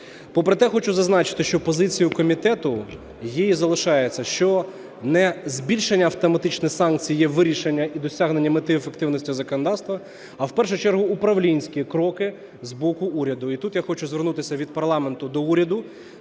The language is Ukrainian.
Попри те, хочу зазначити, що позицією комітету є і залишається, що не збільшення автоматичне санкцій є вирішення і досягнення мети ефективності законодавства, а в першу чергу управлінські кроки з боку уряду. І тут я хочу звернутися від парламенту до уряду